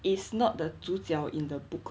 is not the 主角 in the book